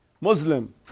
Muslim